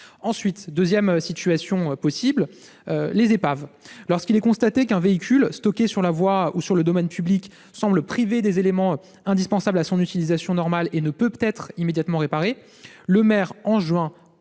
ensuite le cas des épaves : lorsqu'il est constaté qu'un véhicule stocké sur la voie ou le domaine public semble privé des éléments indispensables à son utilisation normale et ne peut être immédiatement réparé, le maire enjoint